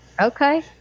Okay